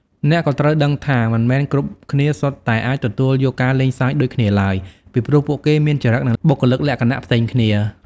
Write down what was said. អ្នកក៏ត្រូវដឹងថា មិនមែនគ្រប់គ្នាសុទ្ធតែអាចទទួលយកការលេងសើចដូចគ្នាឡើយ ពីព្រោះពួកគេមានចរិតនិងបុគ្គលិកលក្ខណៈផ្សេងគ្នា។